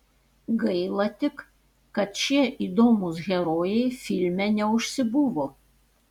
gaila tik kad šie įdomūs herojai filme neužsibuvo